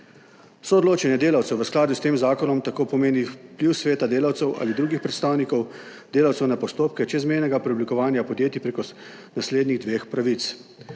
Soodločanje delavcev v skladu s tem zakonom tako pomeni vpliv sveta delavcev ali drugih predstavnikov delavcev na postopke čezmejnega preoblikovanja podjetij prek naslednjih dveh pravic